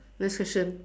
next question